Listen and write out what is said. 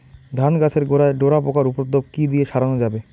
ধান গাছের গোড়ায় ডোরা পোকার উপদ্রব কি দিয়ে সারানো যাবে?